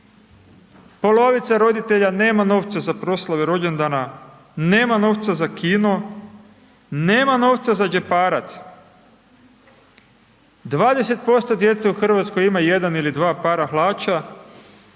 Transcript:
Polovica roditelja nema novca za proslavu rođendana, nema novca za kino, nema novca za džeparac 20% djece u Hrvatskoj ima 1 ili 2 para hlača,